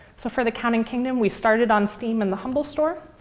so for the counting kingdom, we started on steam and the humble store.